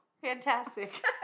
Fantastic